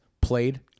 played